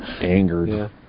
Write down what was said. Angered